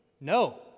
no